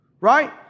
Right